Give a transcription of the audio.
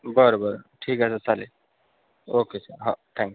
बरं बरं ठीक आहे सर चालेल ओके सर हा थँक्यू